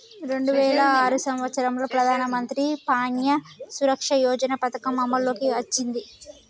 రెండు వేల ఆరు సంవత్సరంలో ప్రధానమంత్రి ప్యాన్య సురక్ష యోజన పథకం అమల్లోకి వచ్చింది